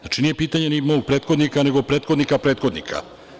Nije pitanje ni mog prethodnika, nego prethodnika prethodnika.